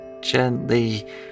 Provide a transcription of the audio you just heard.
gently